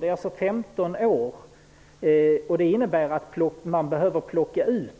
Vi har alltså 15 år på oss, vilket innebär att vi i genomsnitt behöver plocka ut